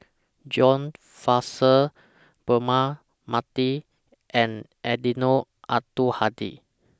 John Fraser Braema Mathi and Eddino Abdul Hadi